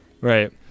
Right